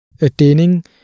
attaining